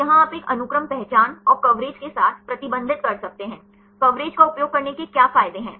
तो यहाँ आप एक अनुक्रम पहचान और कवरेज के साथ प्रतिबंधित कर सकते हैं कवरेज का उपयोग करने के क्या फायदे हैं